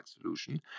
solution